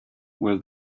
where